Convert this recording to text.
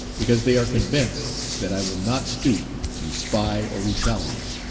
because they are convinced that i will not stoop to spy or retaliate.